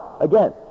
Again